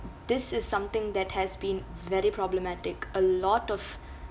this is something that has been very problematic a lot of